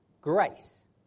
grace